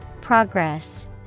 Progress